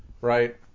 Right